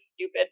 stupid